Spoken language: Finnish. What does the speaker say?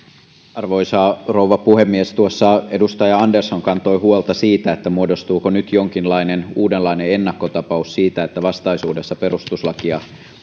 arvoisa rouva puhemies tuossa edustaja andersson kantoi huolta siitä muodostuuko nyt jonkinlainen uudenlainen ennakkotapaus siitä että vastaisuudessa perustuslakia